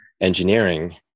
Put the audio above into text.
engineering